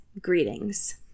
Greetings